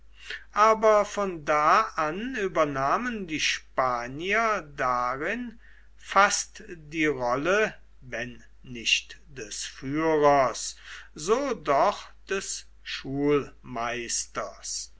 aber von da an übernahmen die spanier darin fast die rolle wenn nicht des führers so doch des